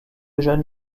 jeunes